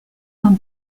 dans